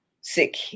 sick